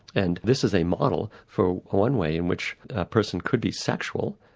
and this is a model for one way in which a person could be sexual,